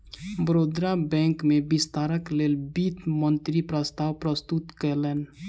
Baroda bank में विस्तारक लेल वित्त मंत्री प्रस्ताव प्रस्तुत कयलैन